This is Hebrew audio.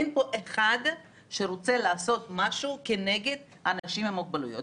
אין פה אחד שרוצה לעשות משהו כנגד אנשים עם מוגבלויות.